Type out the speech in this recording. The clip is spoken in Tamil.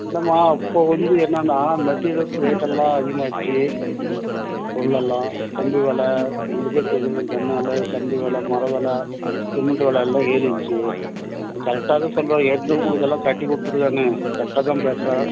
இல்லைம்மா இப்போ வந்து என்னென்னா மெட்டீரியல்ஸ் ரேட் எல்லாம் அதிகமாகிடுச்சி பொருளெல்லாம் கம்பி வில உங்களுக்கே தெரியும் சென்னையில் கம்பி வில மர வில சிமெண்ட்டு வில எல்லாம் ஏறிடுச்சு கரெக்ட்டாக தான் சொல்கிறேன் ஏற்கனவே உங்களுக்கெல்லாம் கட்டி கொடுத்துருக்கன்னே கரெக்ட்டாக தான் பேசுறேன்